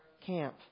camp